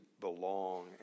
belong